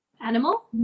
Animal